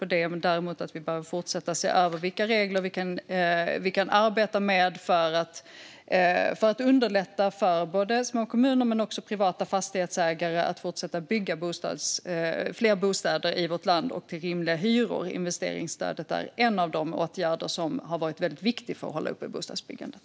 Däremot tror jag att vi behöver fortsätta se över vilka regler vi kan arbeta med för att underlätta för både små kommuner och privata fastighetsägare att fortsätta bygga fler bostäder med rimliga hyror i vårt land. Investeringsstödet är en av de åtgärder som har varit väldigt viktiga för att hålla uppe bostadsbyggandet.